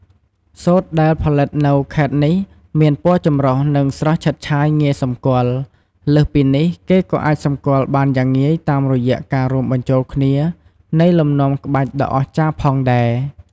សូត្រដែលផលិតនៅខេត្តនេះមានពណ៌ចម្រុះ និងស្រស់ឆើតឆាយងាយសម្គាល់ លើសពីនេះ គេក៏អាចស្គាល់បានយ៉ាងងាយតាមរយៈការរួមបញ្ចូលគ្នានៃលំនាំក្បាច់ដ៏អស្ចារ្យផងដែរ។